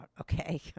okay